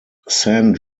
san